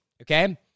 okay